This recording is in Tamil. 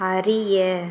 அறிய